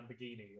Lamborghini